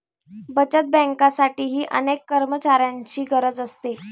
बचत बँकेसाठीही अनेक कर्मचाऱ्यांची गरज असते